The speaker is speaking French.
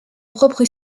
propre